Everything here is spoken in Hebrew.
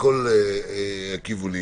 מכל הכיוונים